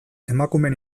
emakumeen